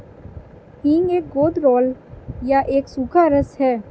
हींग एक गोंद राल या एक सूखा रस है